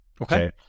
okay